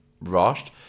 rushed